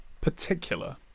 particular